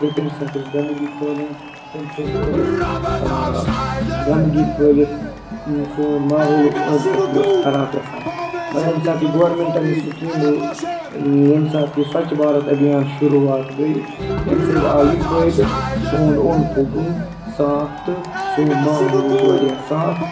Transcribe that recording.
تہٕ تمہِ ساتہٕ ٲسۍ گنٛدگی پھٲلان تمہِ سۭتۍ ٲس گنٛدگی پھٲلِتھ یِم سون ماحول اوس أنٛدۍ پٔتۍ یہِ اوس خراب گژھان مگر ییٚمہِ ساتہٕ یہِ گورمٮ۪نٛٹَن یہِ سِکیٖمہٕ ییٚمہِ ساتہٕ یہِ سوچ بھَارت أبھیان شُروعات گٔے امہِ سۭتۍ آو یہِ فٲیدٕ سون اوٚند پوٚک گوٚو صاف تہٕ سون ماحول روٗد واریاہ صاف